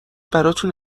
براتون